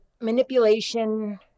manipulation